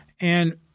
and-